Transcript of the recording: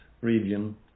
region